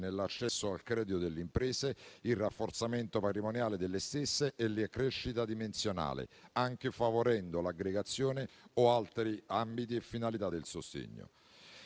nell'accesso al credito delle imprese, il rafforzamento patrimoniale delle stesse e la crescita dimensionale, anche favorendo l'aggregazione o altri ambiti e finalità del sostegno.